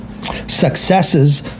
successes